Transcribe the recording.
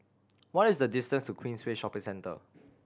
what is the distance to Queensway Shopping Centre